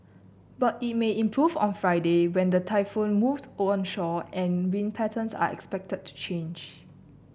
but it may improve on Friday when the typhoon moves onshore and wind patterns are expected to change